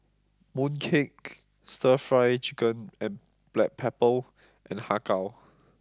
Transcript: mooncake Stir fry chicken with black pepper and Har Kow